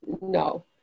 no